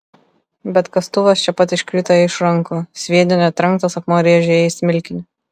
bet kastuvas čia pat iškrito jai iš rankų sviedinio trenktas akmuo rėžė jai į smilkinį